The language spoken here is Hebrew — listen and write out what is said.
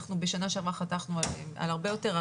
בשנה שעברה חתכנו על הרבה יותר,